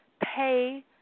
pay